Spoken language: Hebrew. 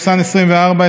פ/2049/24,